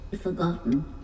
forgotten